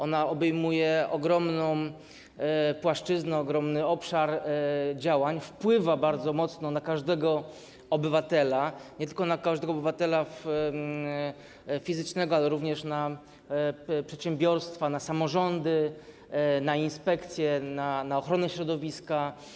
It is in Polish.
Ona obejmuje ogromną płaszczyznę, ogromny obszar działań, wpływa bardzo mocno na każdego obywatela, nie tylko na każdego obywatela fizycznego, ale również na przedsiębiorstwa, samorządy, inspekcję ochrony środowiska.